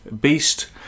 Beast